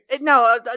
no